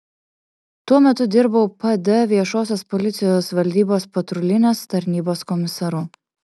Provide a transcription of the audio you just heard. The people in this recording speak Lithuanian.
tuo metu dirbau pd viešosios policijos valdybos patrulinės tarnybos komisaru